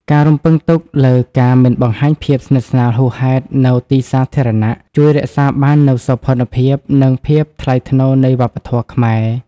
ការរំពឹងទុកលើ "ការមិនបង្ហាញភាពស្និទ្ធស្នាលហួសហេតុនៅទីសាធារណៈ" ជួយរក្សាបាននូវសោភ័ណភាព និងភាពថ្លៃថ្នូរនៃវប្បធម៌ខ្មែរ។